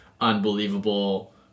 unbelievable